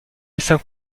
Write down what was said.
cinq